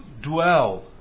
dwell